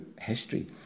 history